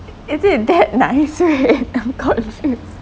is it that nice okay I'm confused